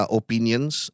opinions